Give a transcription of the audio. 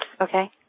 Okay